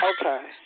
okay